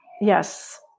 Yes